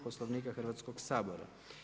Poslovnika Hrvatskog sabora.